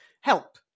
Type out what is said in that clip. Help